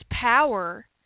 power